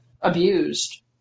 abused